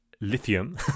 lithium